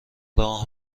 راه